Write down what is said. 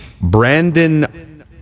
Brandon